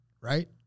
right